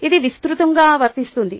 ఇది విస్తృతంగా వర్తిస్తుంది